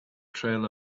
trail